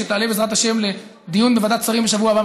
שתעלה בעזרת השם לדיון בוועדת שרים בשבוע הבא,